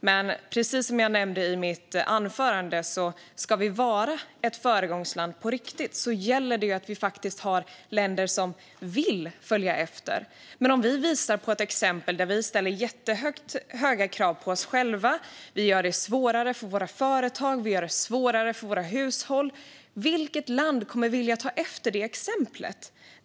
Men det är precis som jag nämnde i mitt anförande: Ska vi vara ett föregångsland på riktigt gäller det att vi har länder som vill följa efter. Om vi visar ett exempel där vi ställer jättehöga krav på oss själva, gör det svårare för våra företag och gör det svårare för våra hushåll, vilket land kommer då att vilja ta efter det exemplet?